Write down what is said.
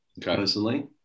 personally